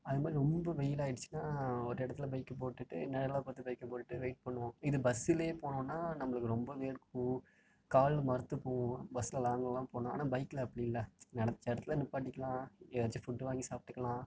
அதுமாதிரி ரொம்ப வெயில் ஆயிடுச்சுன்னா ஒரு இடத்துல பைக்கை போட்டுவிட்டு நிழலாக பார்த்து பைக்கை போட்டுவிட்டு வெயிட் பண்ணுவோம் இது பஸ்ஸில் போனான்னா நம்மளுக்கு ரொம்ப வேர்க்கும் கால் மரத்துப் போகும் பஸ்ஸில் லாங்குலலாம் போனால் ஆனால் பைக்கில் அப்படி இல்லை நினைச்ச இடத்துல நிப்பாட்டிக்கலாம் எதாச்சும் ஃபுட் வாங்கி சாப்பிடுக்கலாம்